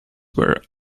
were